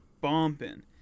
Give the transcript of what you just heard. bumping